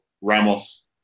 Ramos